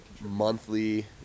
monthly